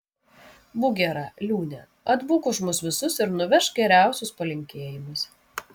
būk gera liūne atbūk už mus visus ir nuvežk geriausius palinkėjimus